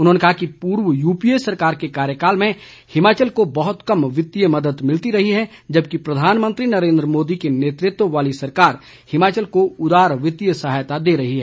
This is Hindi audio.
उन्होंने कहा कि पूर्व यूपीए सरकार के कार्यकाल में हिमाचल को बहुत कम वित्तीय मदद मिलती रही है जबकि प्रधानमंत्री नरेंद्र मोदी के नेतृत्व वाली सरकार हिमाचल को उदार वित्तीय सहायता दे रही है